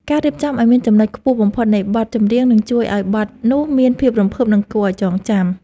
ការរៀបចំឱ្យមានចំណុចខ្ពស់បំផុតនៃបទចម្រៀងនឹងជួយឱ្យបទនោះមានភាពរំភើប និង គួរឱ្យចងចាំ។